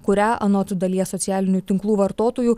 kurią anot dalies socialinių tinklų vartotojų